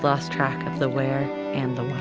lost track of the where and the